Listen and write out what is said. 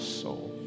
soul